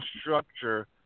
structure